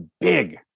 big